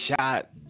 shot